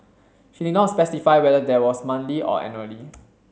she did not specify whether that was monthly or annually